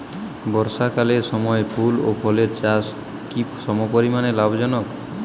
বর্ষাকালের সময় ফুল ও ফলের চাষও কি সমপরিমাণ লাভজনক?